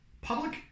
public